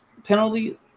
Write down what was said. Penalty